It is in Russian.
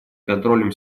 контролем